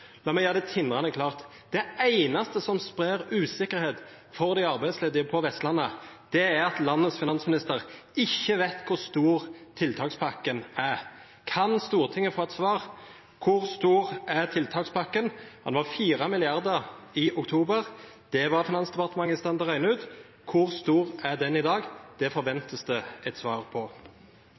La meg gjøre det tindrende klart: Det eneste som sprer usikkerhet for de arbeidsledige på Vestlandet, er at landets finansminister ikke vet hvor stor tiltakspakken er. Kan Stortinget få et svar: Hvor stor er tiltakspakken? Den var 4 mrd. kr i oktober, det var Finansdepartementet i stand til å regne ut. Hvor stor er den i dag? Det forventes det et svar på.